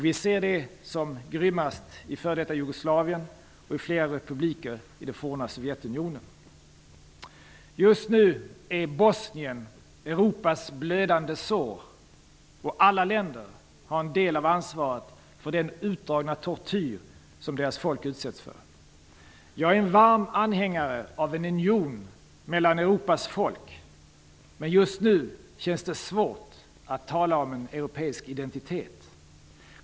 Vi ser det som grymmast i f.d. Jugoslavien och i flera republiker i det forna Just nu är Bosnien Europas blödande sår, och alla länder har en del av ansvaret för den utdragna tortyr som folket där utsätts för. Jag är varm anhängare av en union mellan Europas folk, men just nu känns det svårt att tala om en europeisk identitet.